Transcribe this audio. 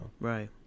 Right